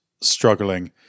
struggling